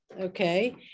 Okay